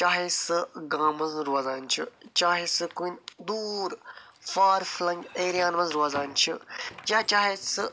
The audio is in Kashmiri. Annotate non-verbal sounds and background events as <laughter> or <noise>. چاہے سُہ گامَس <unintelligible> روزان چھِ چاہے سُہ کُنہِ دوٗر فار فٕلنٛگ ایریاہن منٛز روزان چھِ یا چاہے سُہ